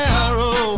arrow